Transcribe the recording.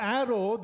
arrow